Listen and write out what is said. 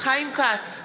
חיים כץ,